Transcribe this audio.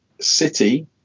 city